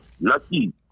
Lucky